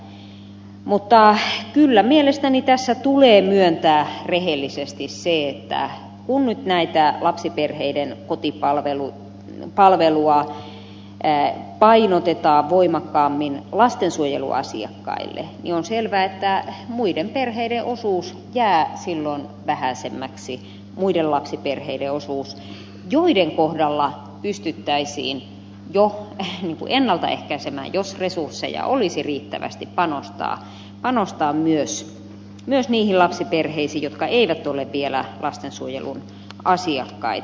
mutta kyllä mielestäni tässä tulee myöntää rehellisesti se että kun nyt lapsiperheiden kotipalvelua painotetaan voimakkaammin lastensuojeluasiakkaille niin on selvää että silloin jää vähäisemmäksi muiden lapsiperheiden osuus joiden kohdalla pystyttäisiin jo ennalta ehkäisemään jos resursseja olisi riittävästi panostaa myös niihin lapsiperheisiin jotka eivät ole vielä lastensuojelun asiakkaita